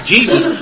Jesus